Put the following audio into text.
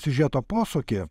siužeto posūkį